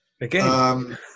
Again